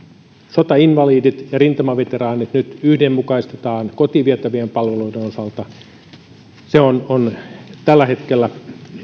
sotainvalidit ja rintamaveteraanit nyt yhdenmukaistetaan kotiin vietävien palveluiden osalta on on tällä hetkellä